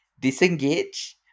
Disengage